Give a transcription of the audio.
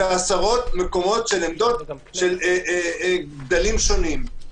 זה עשרות מקומות של עמדות עם גדלים שונים.